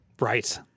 Right